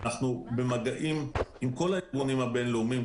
אנחנו במגעים עם כל הארגונים הבין-לאומיים,